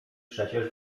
przecież